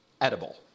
edible